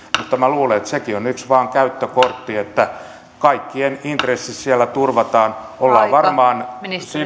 mutta minä luulen että sekin on vain yksi käyttökortti että kaikkien intressi siellä turvataan ollaan varmaan